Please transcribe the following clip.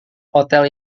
hotel